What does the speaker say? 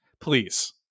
Please